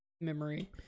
memory